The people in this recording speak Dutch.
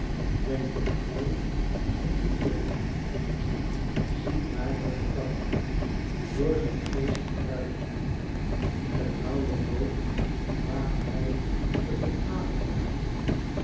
enspookachtiguit denktook hij om z'n buurman ziedaar de gedachten die door zijn geest kruisen ternauwernood waagt hij t om adem te halen